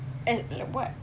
eh lah kau buat